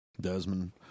Desmond